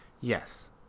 Yes